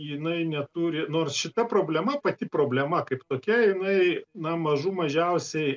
jinai neturi nors šita problema pati problema kaip tokia jinai na mažų mažiausiai